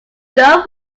don’t